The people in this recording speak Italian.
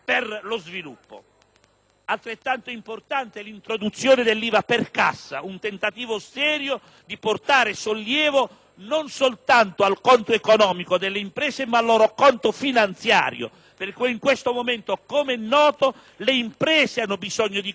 Altrettanto importante è l'introduzione dell'IVA per cassa, che rappresenta un tentativo serio di portare sollievo, non soltanto al conto economico delle imprese, ma anche al loro conto finanziario, perché in questo momento, com'è noto, le imprese hanno bisogno di liquidità.